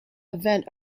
event